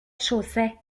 chaussée